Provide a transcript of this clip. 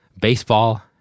Baseball